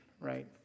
right